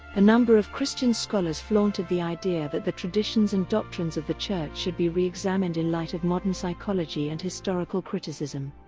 a number of christian scholars flaunted the idea that the traditions and doctrines of the church should be re-examined in light of modern psychology and historical criticism.